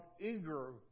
eager